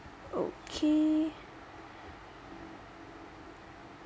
okay